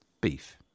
beef